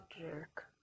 jerk